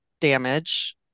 damage